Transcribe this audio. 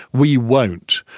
we won't,